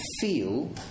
feel